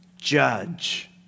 judge